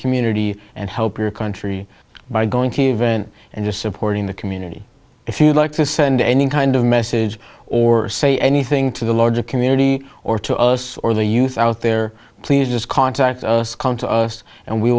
community and help your country by going to event and just supporting the community if you'd like to send any kind of message or say anything to the larger community or to us or the youth out there please just contact us come to us and we